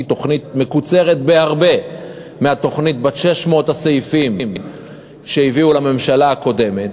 היא תוכנית קצרה בהרבה מהתוכנית בת 600 הסעיפים שהביאו לממשלה הקודמת.